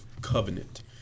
covenant